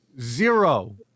zero